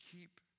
Keep